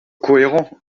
cohérent